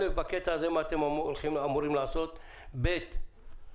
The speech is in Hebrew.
מה אתם הולכים לעשות בקטע הזה?